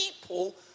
people